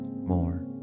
more